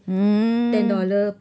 mm